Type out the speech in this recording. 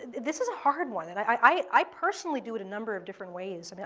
this is a hard one, and i i personally do it a number of different ways. i mean